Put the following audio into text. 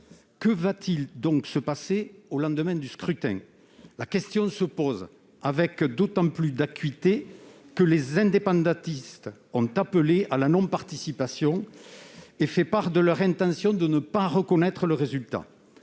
l'emporter. Que se passera-t-il au lendemain du scrutin ? La question se pose avec d'autant plus d'acuité que les indépendantistes ont appelé à la non-participation et ont fait part de leur intention de ne pas reconnaître le résultat.